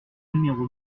numéro